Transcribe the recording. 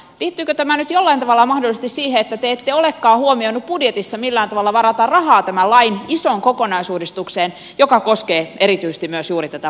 liittyykö tämä nyt jollain tavalla mahdollisesti siihen että te ette olekaan huomioinut budjetissa millään tavalla varata rahaa tämän lain isoon kokonaisuudistukseen joka koskee erityisesti myös juuri tätä päivähoitoa